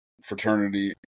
fraternity